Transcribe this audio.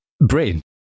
brain